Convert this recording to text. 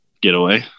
getaway